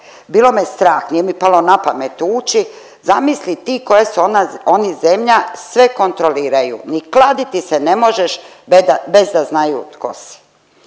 Bilo me strah, nije mi palo na pamet ući. Zamisli ti koja su oni zemlja sve kontroliraju. Ni kladiti se ne možeš bez da znaju tko si.“